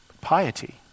Piety